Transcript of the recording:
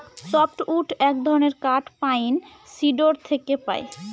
soft wood এক ধরনের কাঠ পাইন, সিডর থেকে পাই